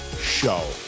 Show